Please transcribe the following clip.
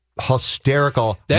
hysterical